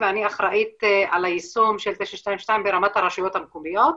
ואני אחראית על היישום של 922 ברמת הרשויות המקומיות,